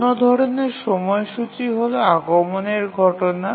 অন্য ধরনের সময়সূচী হল আগমনের ঘটনা